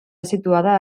situada